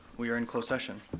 we are in closed session.